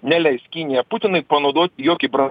neleis kinija putinui panaudoti jokį